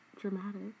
dramatic